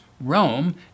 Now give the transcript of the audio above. Rome